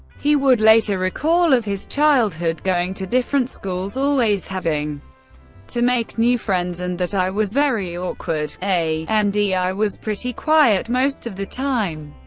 he would later recall of his childhood going to different schools, always having to make new friends, and that i was very awkward. a nd and i was pretty quiet most of the time.